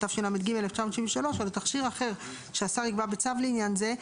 התשל"ג 1973 או לתכשיר אחר שהשר יקבע בצו לעניין זה,